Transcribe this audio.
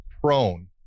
prone